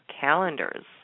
calendars